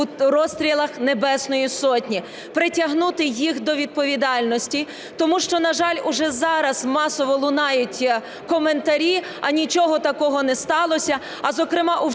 розстрілах Небесної Сотні, притягнути їх до відповідальності, тому що, на жаль, уже зараз масово лунають коментарі "а нічого такого не сталося". А, зокрема, у